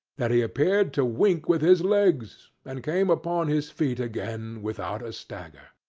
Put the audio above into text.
that he appeared to wink with his legs, and came upon his feet again without a stagger.